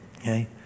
Okay